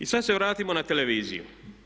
I sad se vratimo na televiziju.